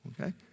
Okay